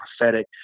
prophetic